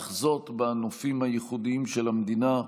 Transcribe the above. לחזות בנופים הייחודיים של המדינה.